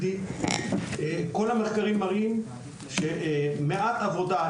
כל המחקרים מראים שמעט עבודה איכותית שווה